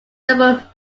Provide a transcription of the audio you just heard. several